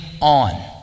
on